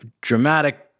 dramatic